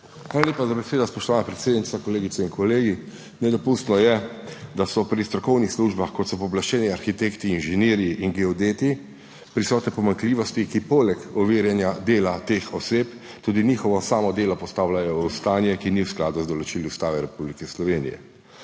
lepa za besedo, spoštovana predsednica. Kolegice in kolegi! Nedopustno je, da so pri strokovnih službah, kot so pooblaščeni arhitekti, inženirji in geodeti, prisotne pomanjkljivosti, ki poleg overjanja dela teh oseb tudi njihovo samo delo postavljajo v stanje, ki ni v skladu z določili Ustave Republike Slovenije.